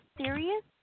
serious